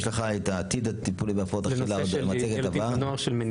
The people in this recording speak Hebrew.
יש את העתיד הטיפולי בהפרעות אכילה בשקף הבא.